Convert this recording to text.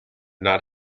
not